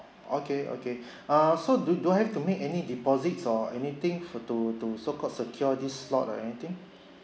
okay okay uh so do do I have to make any deposits or anything for to to so called secure this slot or anything